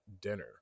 dinner